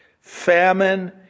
famine